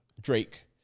Drake